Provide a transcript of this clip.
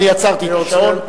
אני עצרתי את השעון.